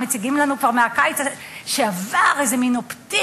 הם מציגים לנו כבר מהקיץ שעבר איזה מין אופטימיות,